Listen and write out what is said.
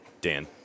Dan